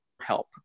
help